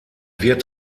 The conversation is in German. wird